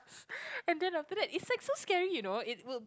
and then after that it's like so scary you know it will